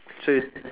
so if